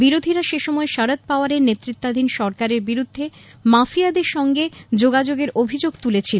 বিরোধীরা সেসময় শরদ পাওয়ারের নেতৃত্বাধীন সরকারের বিরুদ্ধে মাফিয়াদের সঙ্গে যোগাযোগের অভিযোগ তুলেছিল